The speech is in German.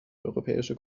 europäische